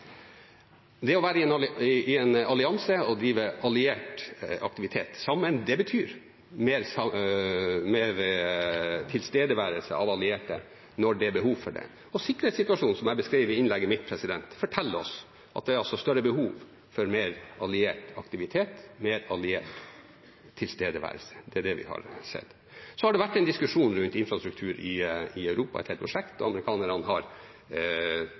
Det å være i en allianse og drive alliert aktivitet sammen betyr mer tilstedeværelse av allierte når det er behov for det. Og sikkerhetssituasjonen, som jeg beskrev i innlegget mitt, forteller oss at det er større behov for mer alliert aktivitet, mer alliert tilstedeværelse – og det er det vi har sett. Det har vært en diskusjon rundt infrastruktur i Europa i en del prosjekt. Amerikanerne har